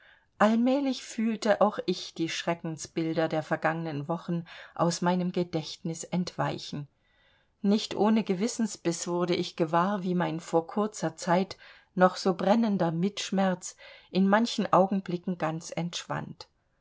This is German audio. allmählich fühlte auch ich die schreckensbilder der vergangenen wochen aus meinem gedächtnis entweichen nicht ohne gewissensbiß wurde ich gewahr wie mein vor kurzer zeit noch so brennender mitschmerz in manchen augenblicken ganz